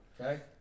Okay